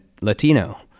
Latino